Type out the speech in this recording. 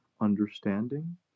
understanding